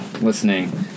listening